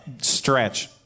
Stretch